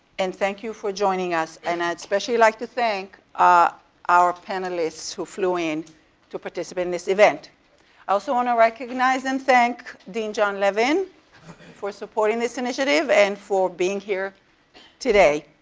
and thank you for joining us, and i'd especially like to thank ah our panelists who flew in to participate in this event. i also want to recognized and thank dean john levin for supporting this initiative and for being here today.